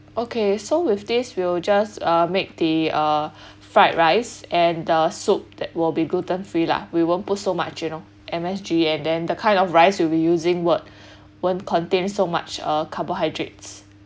okay so with this we'll just make the uh fried rice and the soup that will be gluten free lah we won't put so much you know M_S_G and then the kind of rice we'll be using won't won't contain so much uh carbohydrates